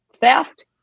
theft